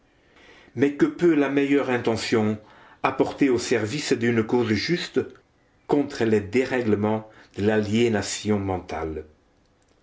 mais que peut la meilleure intention apportée au service d'une cause juste contre les dérèglements de l'aliénation mentale